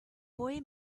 boy